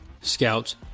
scouts